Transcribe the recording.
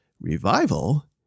revival